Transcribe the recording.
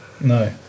no